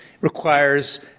requires